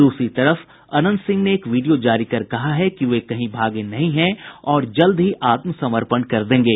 दूसरी तरफ अनंत सिंह ने एक वीडियो जारी कर कहा है कि वे कहीं भागे नहीं है और जल्द ही आत्मसमर्पण कर देंगे